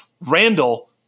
Randall